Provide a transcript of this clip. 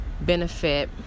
benefit